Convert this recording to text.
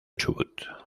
chubut